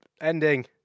ending